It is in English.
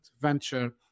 venture